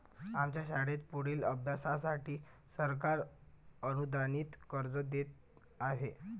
आमच्या शाळेत पुढील अभ्यासासाठी सरकार अनुदानित कर्ज देत आहे